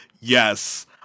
Yes